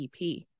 EP